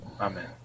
Amen